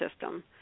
system